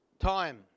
Time